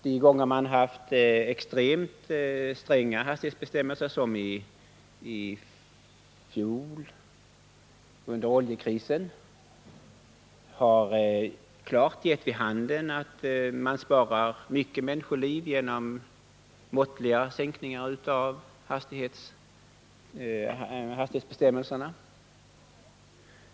De gånger man har haft extremt stränga hastighetsbestämmelser, som i fjol under oljekrisen, har det klart visat sig att man sparar många människoliv genom måttliga sänkningar av hastigheten.